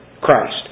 Christ